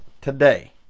today